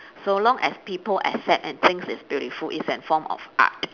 so long as people accept and thinks it's beautiful it's an form of art